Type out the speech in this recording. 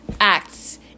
Acts